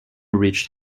reached